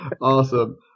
Awesome